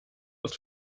dat